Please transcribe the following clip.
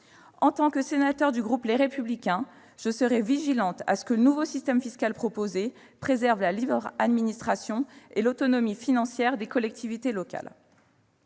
En tant que sénateur du groupe Les Républicains, je veillerai à ce que le nouveau système fiscal proposé préserve la libre administration et l'autonomie financière des collectivités locales.